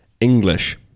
English